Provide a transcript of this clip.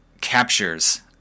captures